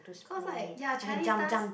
cause like ya Chinese dance